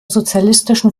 sozialistischen